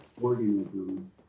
organism